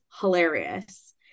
hilarious